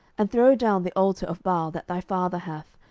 and throw down the altar of baal that thy father hath,